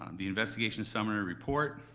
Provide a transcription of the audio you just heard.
um the investigation summary report,